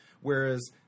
Whereas